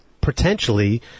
potentially